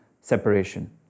separation